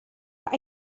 but